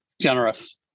generous